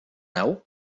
nau